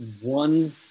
one